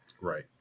Right